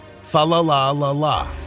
Fa-la-la-la-la